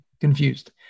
confused